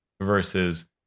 versus